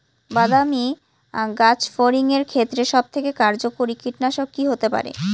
বাদামী গাছফড়িঙের ক্ষেত্রে সবথেকে কার্যকরী কীটনাশক কি হতে পারে?